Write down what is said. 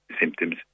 symptoms